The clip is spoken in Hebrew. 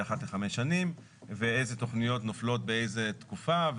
אחת לחמש שנים ואיזה תכניות נופלות באיזה תקופה.